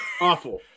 Awful